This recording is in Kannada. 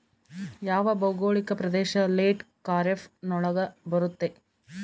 ಯಾವ ಭೌಗೋಳಿಕ ಪ್ರದೇಶ ಲೇಟ್ ಖಾರೇಫ್ ನೊಳಗ ಬರುತ್ತೆ?